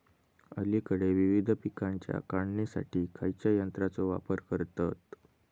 अलीकडे विविध पीकांच्या काढणीसाठी खयाच्या यंत्राचो वापर करतत?